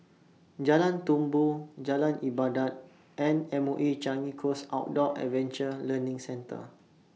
Jalan Tumpu Jalan Ibadat and M O E Changi Coast Outdoor Adventure Learning Centre